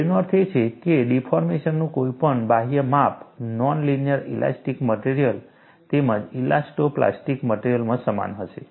તેનો અર્થ એ છે કે ડિફોર્મેશનનું કોઈપણ બાહ્ય માપ નોન લિનિયર ઇલાસ્ટિક મટેરીઅલ તેમજ ઇલાસ્ટો પ્લાસ્ટિક મટેરીઅલમાં સમાન હશે